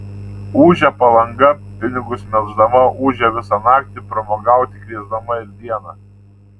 ūžia palanga pinigus melždama ūžia visą naktį pramogauti kviesdama ir dieną